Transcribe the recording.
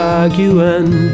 arguing